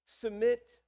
submit